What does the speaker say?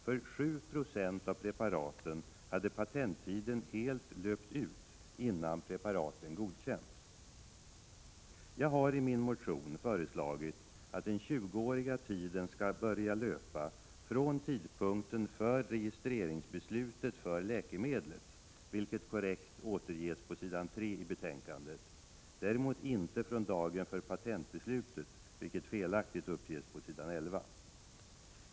För 7 96 av preparaten hade patenttiden helt löpt ut innan preparaten godkänts. Jag har i min motion föreslagit att den 20-åriga patenttiden skall börja löpa vid tidpunkten för registreringsbeslutet för läkemedlet, vilket korrekt återges på s. 3 i betänkandet — alltså inte från dagen för patentbeslutet, vilket felaktigt uppges på s. 11.